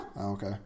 Okay